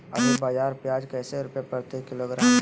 अभी बाजार प्याज कैसे रुपए प्रति किलोग्राम है?